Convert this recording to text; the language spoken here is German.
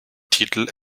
titel